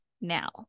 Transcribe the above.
now